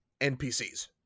NPCs